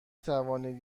توانید